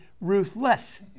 ruthless